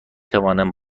توانم